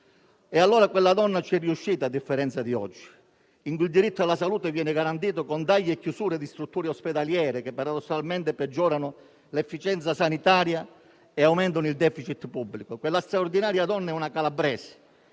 Allora quella donna ci è riuscita, a differenza di oggi, quando il diritto alla salute viene garantito con tagli e chiusure di strutture ospedaliere, che paradossalmente peggiorano l'efficienza sanitaria e aumentano il *deficit* pubblico. Quella straordinaria donna è una calabrese,